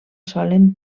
solen